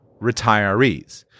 retirees